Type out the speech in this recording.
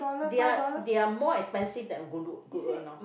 they are they are more expensive than one lor